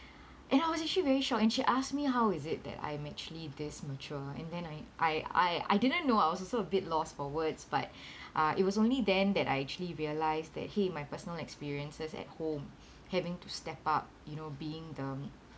and I was actually very shocked and she asked me how is it that I'm actually this mature and then I I I I didn't know I was also a bit loss for words but uh it was only then that I actually realise that !hey! my personal experiences at home having to step up you know being the